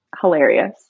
hilarious